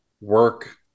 work